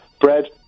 bread